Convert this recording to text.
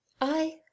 I